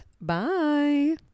Bye